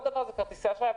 דבר נוסף זה כרטיסי אשראי.